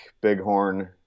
bighorn